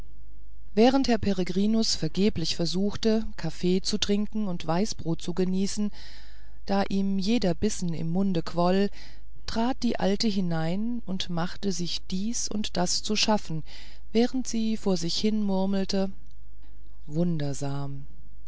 während herr peregrinus vergeblich versuchte kaffee zu trinken und weißbrot zu genießen da ihm jeder bissen im munde quoll trat die alte hinein und machte sich dies und das zu schaffen während sie vor sich hin murmelte wundersam